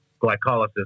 glycolysis